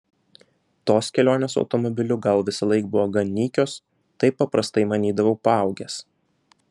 tos kelionės automobiliu gal visąlaik buvo gan nykios taip paprastai manydavau paaugęs